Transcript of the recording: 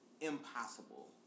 impossible